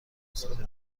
نسخه